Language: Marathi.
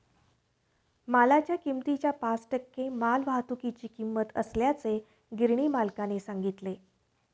मालाच्या किमतीच्या पाच टक्के मालवाहतुकीची किंमत असल्याचे गिरणी मालकाने सांगितले